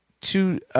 two